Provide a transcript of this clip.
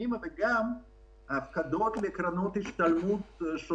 שנים וגם על הפקדות שוטפות לקרנות השתלמות.